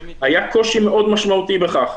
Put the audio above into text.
היה קושי מאוד משמעותי בכך.